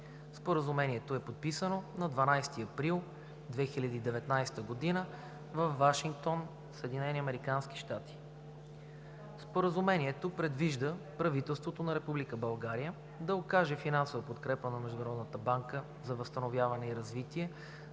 Споразумението е подписано на 12 април 2019 г. във Вашингтон, САЩ. Споразумението предвижда правителството на Република България да окаже финансова подкрепа на Международната банка за възстановяване и развитие